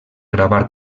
gravar